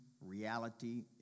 Reality